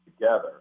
together